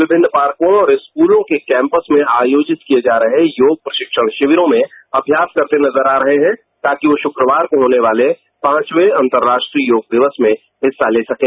विभिन्न पार्को और स्कूलों के कैम्पस में आयोजित किए जा रहे योग प्रशिक्षण शिविर्त्तो में अभ्यास करते नजर आ रहे हैं ताकि वो शुक्रवार को होने वाले पांचवे अंतर्राष्ट्रीय योग दिवस कार्यक्रमों में हिस्सा ले सकें